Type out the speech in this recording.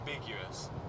ambiguous